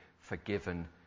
forgiven